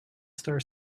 star